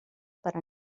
para